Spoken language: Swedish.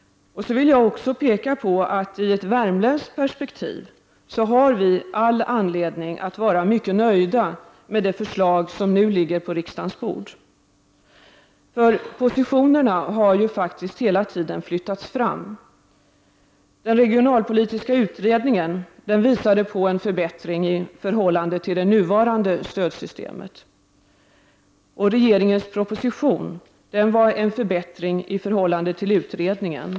Jag vill också påpeka att vi ur ett värmländskt perspektiv har all anledning att vara mycket nöjda med de förslag som nu ligger på riksdagens bord. Positionerna har hela tiden flyttats fram. Den regionalpolitiska utredningen visade på en förbättring i förhållande till det nuvarande stödsystemet. Regeringens proposition var en förbättring i förhållande till utredningen.